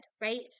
right